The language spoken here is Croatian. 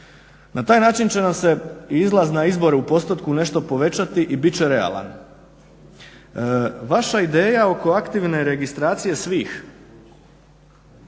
Na taj način će nam se izlaz na izbore u postotku nešto povećati i bit će realan. Vaša ideja oko aktivne registracije svih,